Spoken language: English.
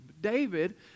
David